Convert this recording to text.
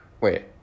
wait